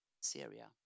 Syria